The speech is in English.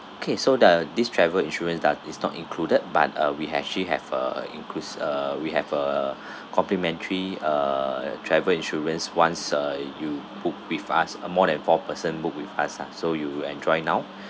okay so the this travel insurance does is not included but uh we actually have a inclus~ uh we have a complimentary uh travel insurance once uh you book with us more a than four person book with us ah so you enjoy now